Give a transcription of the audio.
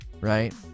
right